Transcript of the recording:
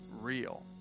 real